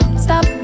stop